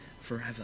forever